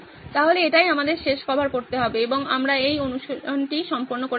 সুতরাং এটিই আমাদের শেষ কভার করতে হবে এবং আমরা এই অনুশীলনটি সম্পন্ন করে ফেলবো